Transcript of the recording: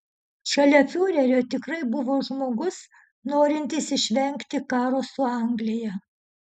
šalia fiurerio tikrai buvo žmogus norintis išvengti karo su anglija